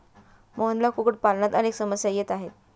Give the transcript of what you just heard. मोहनला कुक्कुटपालनात अनेक समस्या येत आहेत